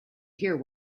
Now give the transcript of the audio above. hear